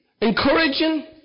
encouraging